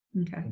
Okay